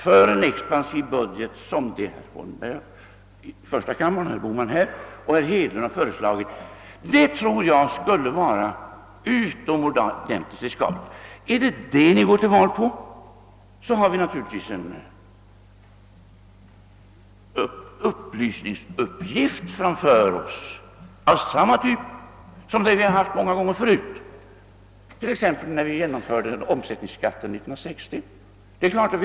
Är det detta ni går till val på har socialdemokraterna naturligtvis en upplysningsuppgift framför sig av samma typ som vi haft många gånger förut, t.ex. när omsättningsskatten genomfördes 1960.